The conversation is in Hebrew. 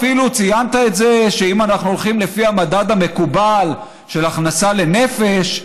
אפילו ציינת את זה שאם אנחנו הולכים לפי המדד המקובל של הכנסה לנפש,